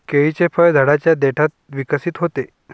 केळीचे फळ झाडाच्या देठात विकसित होते